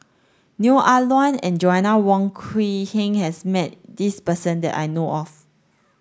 Neo Ah Luan and Joanna Wong Quee Heng has met this person that I know of